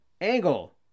Angle